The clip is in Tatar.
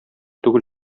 түгел